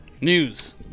News